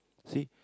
see